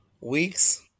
week's